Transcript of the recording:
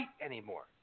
anymore